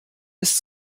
ist